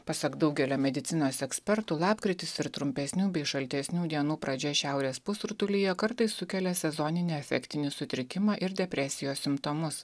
pasak daugelio medicinos ekspertų lapkritis ir trumpesnių bei šaltesnių dienų pradžia šiaurės pusrutulyje kartais sukelia sezoninį afektinį sutrikimą ir depresijos simptomus